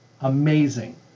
Amazing